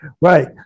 Right